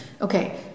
Okay